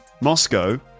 Moscow